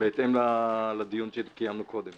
בהתאם לדיון שקיימנו קודם.